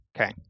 Okay